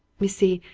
you see,